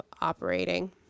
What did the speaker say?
operating